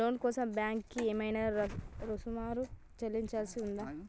లోను కోసం బ్యాంక్ కి ఏమైనా రుసుము చెల్లించాల్సి ఉందా?